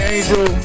Angel